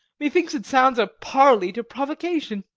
methinks it sounds a parley to provocation.